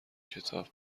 کتاب